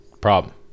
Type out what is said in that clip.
Problem